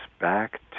back